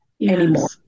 anymore